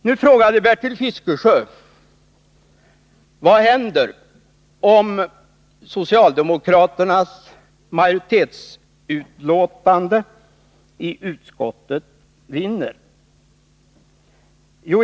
Nu frågade Bertil Fiskesjö: Vad händer om socialdemokraternas majoritetsskrivning i utskottsbetänkandet vinner?